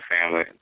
family